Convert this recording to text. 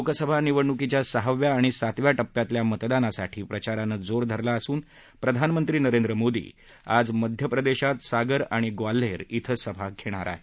लोकसभा निवडणुकीच्या सहाव्या आणि सातव्या टप्प्यातल्या मतदानासाठी प्रचारानं जोर धरला असून प्रधानमंत्री नरेंद्र मोदी आज मध्यप्रदेशात सागर आणि ग्वाल्हेर ॐ सभा घेणार आहेत